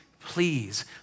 please